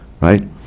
right